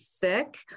thick